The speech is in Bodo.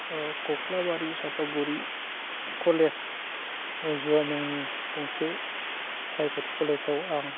अ कक्लाबारि चापागुरि कलेज हजुवा मुंनि प्राइभेट कलेजाव आं